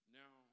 now